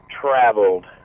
traveled